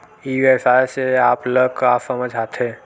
ई व्यवसाय से आप ल का समझ आथे?